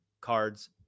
cards